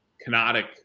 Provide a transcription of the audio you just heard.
canonic